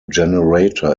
generator